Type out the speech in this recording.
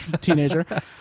teenager